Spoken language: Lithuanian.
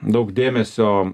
daug dėmesio